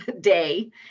day